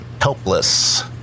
Helpless